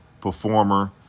performer